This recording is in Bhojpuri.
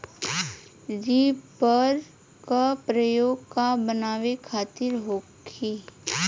रिपर का प्रयोग का बनावे खातिन होखि?